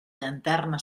llanterna